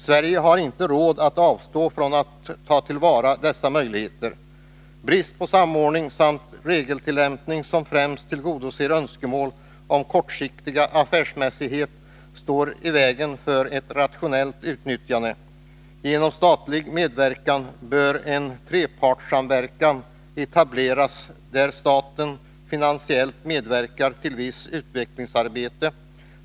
Sverige har inte råd att avstå från att ta till vara dessa möjligheter. Brist på samordning samt regeltillämpningar som främst tillgodoser önskemål om kortsiktig affärsmässighet står i vägen för ett rationellt utnyttjande. Genom statlig medverkan bör en trepartsamverkan etableras där staten finansiellt medverkar till vissa utvecklingsarbeten.